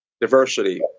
diversity